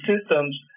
systems